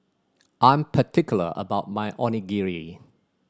I'm particular about my Onigiri